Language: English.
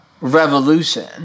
revolution